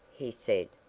he said,